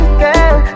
girl